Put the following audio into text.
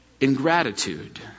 ingratitude